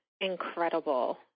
incredible